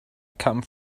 come